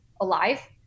alive